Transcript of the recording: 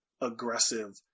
aggressive